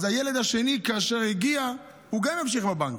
אז הילד השני כאשר הגיע, הוא גם המשיך בבנק.